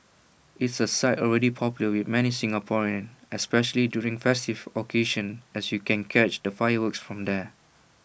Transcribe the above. it's A site already popular with many Singaporeans especially during festive occasions as you can catch the fireworks from there